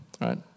right